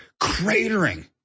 cratering